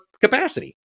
capacity